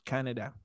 Canada